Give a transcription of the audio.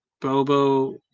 Bobo